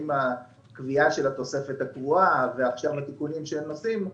עם הקביעה של התוספת הקבועה ועכשיו התיקונים שעושים,